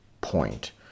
point